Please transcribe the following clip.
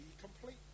complete